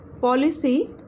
policy